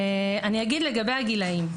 אני אומר לגבי הגילאים.